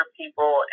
people